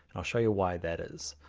i'll show you why that is.